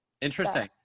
interesting